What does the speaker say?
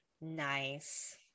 Nice